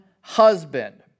husband